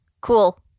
Cool